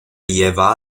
lleva